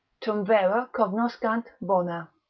tum vera cognoscant bona.